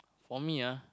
for me ah